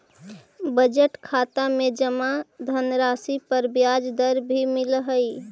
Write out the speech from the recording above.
budget खाता में जमा धनराशि पर ब्याज दर भी मिलऽ हइ